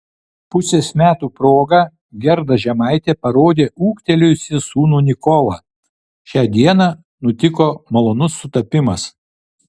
pusės metų proga gerda žemaitė parodė ūgtelėjusį sūnų nikolą šią dieną nutiko malonus sutapimas